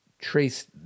trace